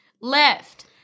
left